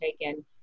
taken